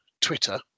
Twitter